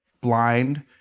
blind